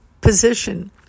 position